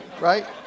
Right